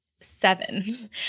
seven